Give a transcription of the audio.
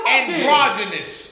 Androgynous